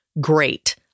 Great